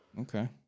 Okay